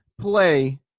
play